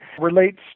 relates